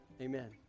Amen